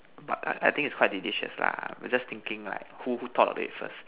but I I think it's quite delicious lah but just thinking like who thought of it first